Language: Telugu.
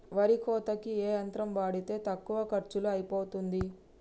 వరి కోతకి ఏ యంత్రం వాడితే తక్కువ ఖర్చులో అయిపోతుంది?